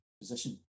position